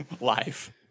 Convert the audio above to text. Life